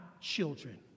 children